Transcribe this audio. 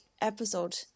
episode